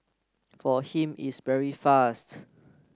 for him it's very fast